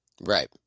right